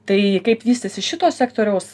tai kaip vystysis šito sektoriaus